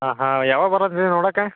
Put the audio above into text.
ಹಾಂ ಹಾಂ ಯಾವಾಗ ಬರೋದು ರಿ ನೋಡೋಕ್ಕೆ